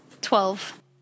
Twelve